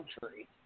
country